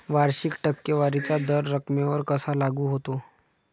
वार्षिक टक्केवारीचा दर रकमेवर कसा लागू होतो?